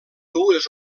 dues